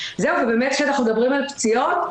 ובאמת כשאנחנו מדברים על פציעות,